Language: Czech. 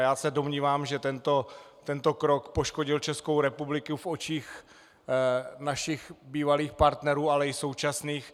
Já se domnívám, že tento krok poškodil Českou republiku v očích našich bývalých partnerů, ale i současných.